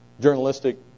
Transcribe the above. journalistic